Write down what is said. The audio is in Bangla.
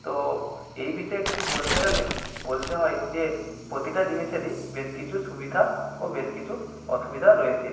তো এই বিষয়ে কিছু বলতে গেলে বলতে হয় যে প্রতিটা জিনিসেরই বেশ কিছু সুবিধা ও বেশ কিছু অসুবিধা রয়েছে